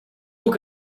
ook